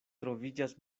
troviĝas